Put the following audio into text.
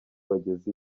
bageze